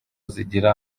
zigira